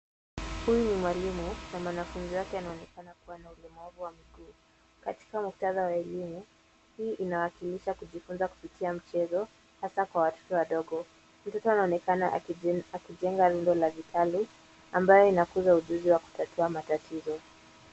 Huyu ni mwalimu na mwanafunzi wake anaonekana kuwa na ulemavu wa mguu. Katika muktadha wa elimu hii inawakilisha kujifunza kupitia mchezo, hasa kwa watoto wadogo. Mtoto anaonekana akijenga rundo la vitalu ambayo inakuza ujuzi wa kutatua matatizo.